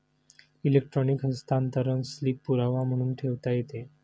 electronic हस्तांतरण slip पुरावा म्हणून ठेवता येते